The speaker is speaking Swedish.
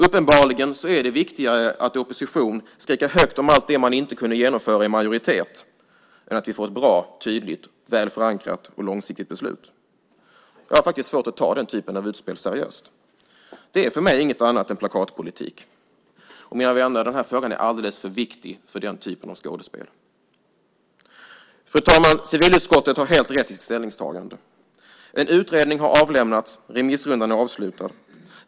Uppenbarligen är det viktigare att i opposition skrika högt om allt det man inte kunde genomföra i majoritet än att vi får ett bra, tydligt, väl förankrat och långsiktigt beslut. Jag har faktiskt svårt att ta den typen av utspel seriöst. Det är för mig inget annat än plakatpolitik. Mina vänner, den här frågan är alldeles för viktig för den typen av skådespel. Fru talman! Civilutskottet har helt rätt i sitt ställningstagande. En utredning har avlämnats. Remissrundan är avslutad.